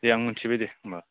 दे आं मोनथिबाय दे होनबा